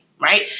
right